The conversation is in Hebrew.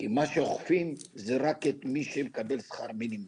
מה שאוכפים זה רק את מי שמקבל שכר מינימום.